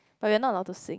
but you are not allow to sing